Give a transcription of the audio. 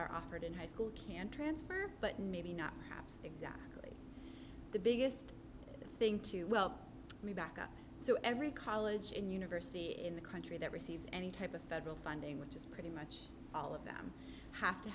are offered in high school can transfer but maybe not exactly the biggest thing to me backup so every college and university in the country that receives any type of federal funding which is pretty much all of them have to